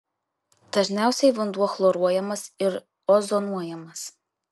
dažniausiai vanduo chloruojamas ir ozonuojamas